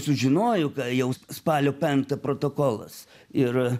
sužinojo ką jau spalio penktą protokolas ir